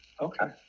okay